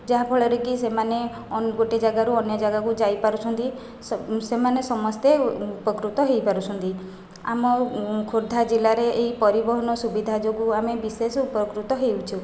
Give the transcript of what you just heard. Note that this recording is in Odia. ଯାହାଫଳରେ କି ସେମାନେ ଅନ୍ ଗୋଟିଏ ଜାଗାରୁ ଅନ୍ୟ ଜାଗାକୁ ଯାଇପାରୁଛନ୍ତି ସେମାନେ ସମସ୍ତେ ଉପକୃତ ହୋଇପାରୁଛନ୍ତି ଆମ ଖୋର୍ଦ୍ଧା ଜିଲ୍ଲାରେ ଏହି ପରିବହନ ସୁବିଧା ଯୋଗୁଁ ଆମେ ବିଶେଷ ଉପକୃତ ହେଉଛୁ